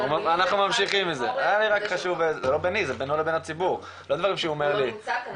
זה לא בינו לביני, זה בינו לבין הציבור.